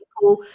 people